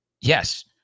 Yes